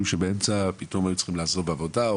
שבאמצע פתאום היו צריכים לעזוב עבודה,